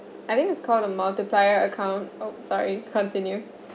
I think it's called a multiplier account oh sorry continue